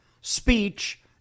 speech